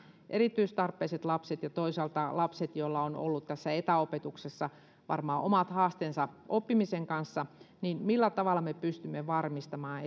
erityistarpeisten lasten ja toisaalta lasten kohdalla joilla on ollut tässä etäopetuksessa varmaan omat haasteensa oppimisen kanssa me pystymme varmistamaan